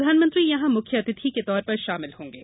प्रधानमंत्री यहां मुख्य अतिथि के तौर पर शामिल होंगे